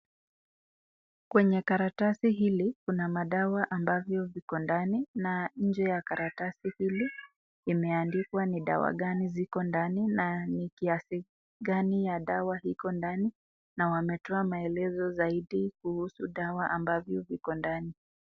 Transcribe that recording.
Kwenye karatasi hili Kuna madawa ambavyo viko ndani ,na nje ya karatasi hili imeandikwa ni dawa ngani ziko ndani ,na ni kiasi ngani ya dawa iko ndani, na wametoa maelezo zaidi kuhusu dawa ambavyo viko ndani.